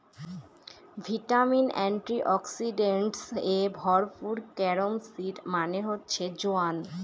vitamin, antioxidants এ ভরপুর carom seed মানে হচ্ছে জোয়ান